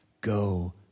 Go